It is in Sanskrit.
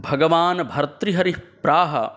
भगवान् भर्तृहरिः प्राहः